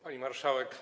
Pani Marszałek!